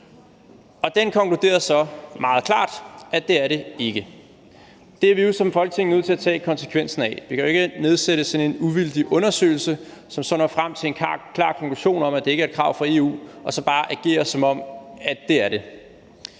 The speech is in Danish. Og den konkluderede så meget klart, at det er det ikke. Det er vi jo som Folketing nødt til at tage konsekvensen af. Vi kan jo ikke få lavet sådan en uvildig undersøgelse, som så når frem til en klar konklusion om, at det ikke er et krav fra EU, og så bare agere, som om det er. Det